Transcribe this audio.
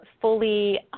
fully